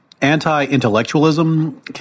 anti-intellectualism